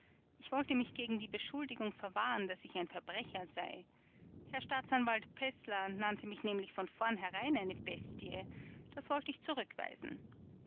ich wollte mich gegen die beschuldigung verwahren daß ich ein verbrecher sei herr staatsanwalt peßler nannte mich nämlich von vornherein eine bestie das wollte ich zurückweisen